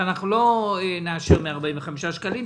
אנחנו לא נאשר 145 שקלים.